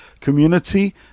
community